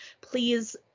please